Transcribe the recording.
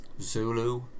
Zulu